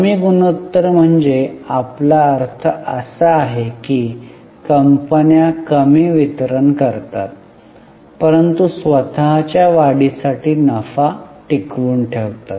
कमी गुणोत्तर म्हणजे आपला अर्थ असा आहे की कंपन्या कमी वितरण करतात परंतु स्वतःच्या वाढीसाठी नफा टिकवून ठेवतात